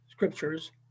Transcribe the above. scriptures